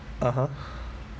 (uh huh)